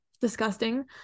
disgusting